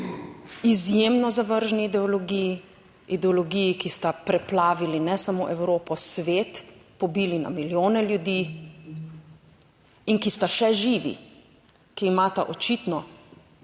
izjemno zavržni ideologiji. Ideologiji, ki sta preplavili ne samo Evropo, svet, pobili na milijone ljudi in ki sta še živi. Ki imata očitno